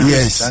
Yes